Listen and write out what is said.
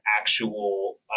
actual